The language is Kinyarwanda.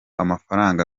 amafaranga